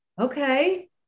Okay